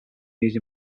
used